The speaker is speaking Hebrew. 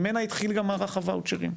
ממנה התחיל גם מערך הוואוצ'רים,